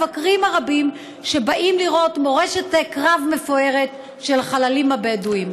של מבקרים הרבים שבאים לראות מורשת קרב מפוארת של החללים הבדואים.